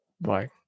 Bye